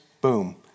Boom